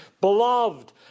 Beloved